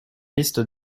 liste